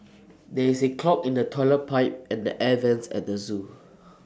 there is A clog in the Toilet Pipe and the air Vents at the Zoo